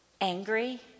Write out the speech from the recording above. angry